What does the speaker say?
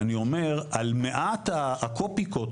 ואומר על מעט הקופיקות,